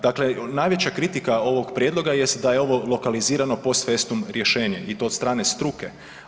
Dakle, najveća kritika ovog prijedloga jest da je ovo lokalizirano post festum rješenje i to od strane struke.